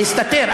להסתתר.